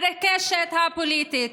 הקשת הפוליטית,